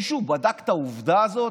מישהו בדק את העובדה הזאת?